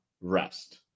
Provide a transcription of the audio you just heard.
rest